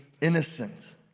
innocent